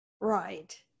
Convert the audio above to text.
Right